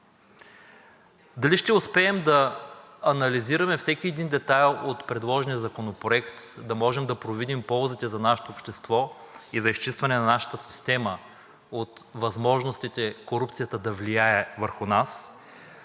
Дали ще успеем да анализираме всеки един детайл от предложения законопроект, да можем да провидим ползите за нашето общество и за изчистване на нашата система от възможностите корупцията да влияе върху нас?